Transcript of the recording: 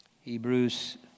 Hebrews